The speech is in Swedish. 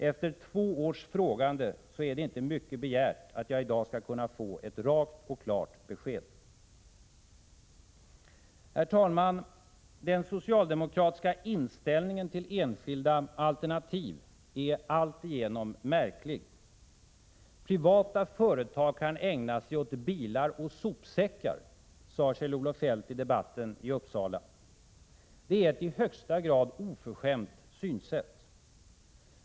Efter två års frågande är det inte för mycket begärt att jag i dag skall kunna få ett rakt och klart besked. Herr talman! Den socialdemokratiska inställningen till enskilda alternativ är alltigenom märklig. Privata företag kan ägna sig åt bilar och sopsäckar, sade Kjell-Olof Feldt i debatten i Uppsala. Det är ett i högsta grad oförskämt synsätt.